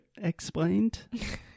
Explained